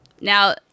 Now